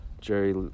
Jerry